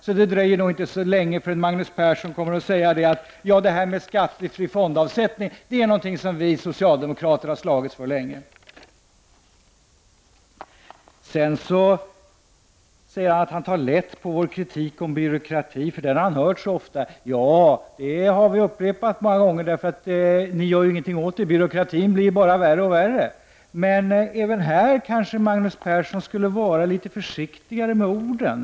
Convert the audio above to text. Så det dröjer nog inte så länge innan Magnus Persson kommer att säga: ”Ja, det här med skattefri fondavsättning, det är något som vi socialdemokrater har slagits för länge.” Magnus Persson sade också att han tar lätt på vår kritik om byråkrati, för den kritiken har han hört så ofta. Ja, vi har upprepat vår kritik många gånger, eftersom ni inte gör någonting åt byråkratin. Byggbyråkratin blir ju bara värre och värre. Men även på denna punkt kanske Magnus Persson skulle vara litet försiktigare med orden.